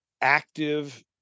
active